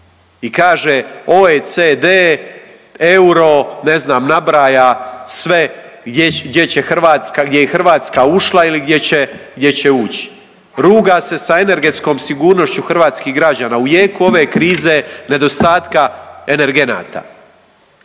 i kaže OECD, euro, ne znam nabraja sve gdje će Hrvatska, gdje je Hrvatska ušla ili gdje će, gdje će ući, ruga sa energetskom sigurnošću hrvatskih građana u jeku ove krize i nedostatka energenata,